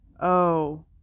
Oh